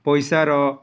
ପଇସାର